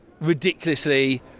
ridiculously